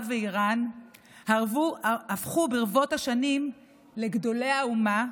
ואיראן הפכו ברבות השנים לגדולי האומה,